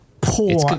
poor